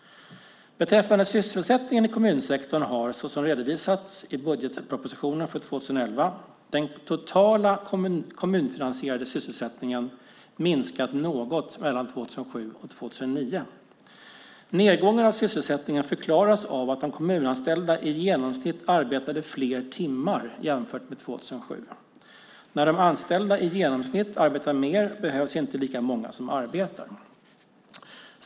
Beträffande sysselsättningen i kommunsektorn har, såsom redovisas i budgetpropositionen för 2011, den totala kommunfinansierade sysselsättningen minskat något mellan 2007 och 2009. Nedgången av sysselsättningen förklaras av att de kommunanställda i genomsnitt arbetade fler timmar jämfört med 2007. När de anställda i genomsnitt arbetar mer behövs inte lika många som arbetar.